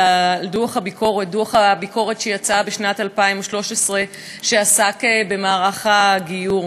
דוח הביקורת שיצא בשנת 2013 ועסק במערך הגיור,